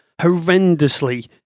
horrendously